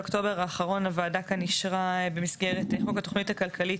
באוקטובר האחרון הוועדה כאן אישרה במסגרת חוק התוכנית הכלכלית,